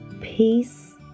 Peace